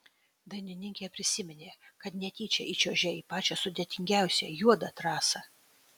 dainininkė prisiminė kad netyčia įčiuožė į pačią sudėtingiausią juodą trasą